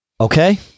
okay